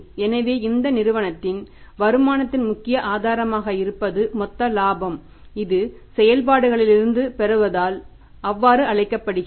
எனவே இது நிறுவனத்தின் வருமானத்தின் முக்கிய ஆதாரமாக இருப்பது மொத்த இலாபம் இது செயல்பாடுகளிலிருந்து பெறப்படுவதால் அவ்வாறு அழைக்கப்படுகிறது